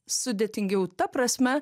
sudėtingiau ta prasme